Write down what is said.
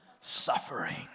Suffering